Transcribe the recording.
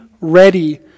ready